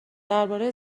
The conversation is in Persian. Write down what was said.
درباره